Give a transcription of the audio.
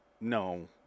no